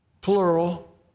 plural